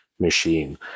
Machine